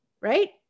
right